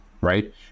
right